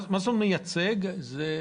מה זה אומר שאתה מייצג אותה?